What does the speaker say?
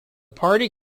party